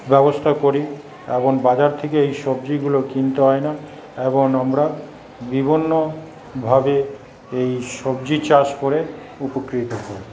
ব্যবস্থা করি এবং বাজার থেকে এই সবজিগুলো কিনতে হয় না এবং আমরা বিভিন্নভাবে এই সবজী চাষ করে উপকৃত হই